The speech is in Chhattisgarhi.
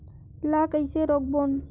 ला कइसे रोक बोन?